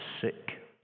sick